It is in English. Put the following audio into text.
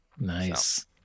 Nice